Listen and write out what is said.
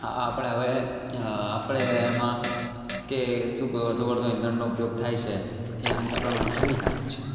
હ આપણે હવે અ આપણે એમાં કે શું વધુ પડતો ઇંધણનો ઉપયોગ થાય છે કે એ હા આપણાં માટે હાનિકારક છે